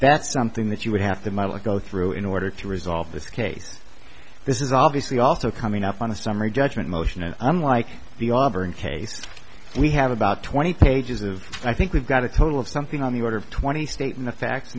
that's something that you would have to muddle and go through in order to resolve this case this is obviously also coming up on a summary judgment motion and unlike the auburn case we have about twenty pages of i think we've got a total of something on the order of twenty stating the fact